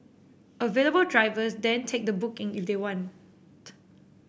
available drivers then take the booking if they want